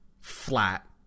flat